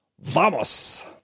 ¡Vamos